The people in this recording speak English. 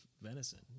venison